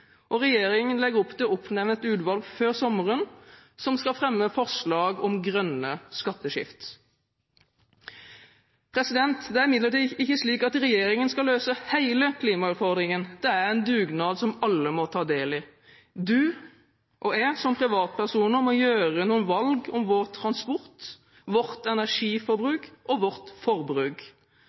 Regjeringen legger opp til å oppnevne et utvalg før sommeren som skal fremme forslag om grønne skatteskift. Det er imidlertid ikke slik at regjeringen skal løse hele klimautfordringen. Det er en dugnad som alle må ta del i. Du og jeg som privatpersoner må gjøre noen valg om vår transport, vårt energiforbruk og vårt forbruk.